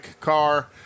car